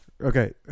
okay